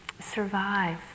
survive